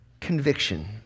conviction